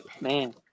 Man